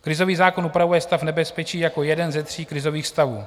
Krizový zákon upravuje stav nebezpečí jako jeden ze tří krizových stavů.